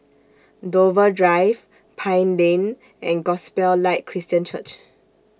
Dover Drive Pine Lane and Gospel Light Christian Church